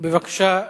בבקשה,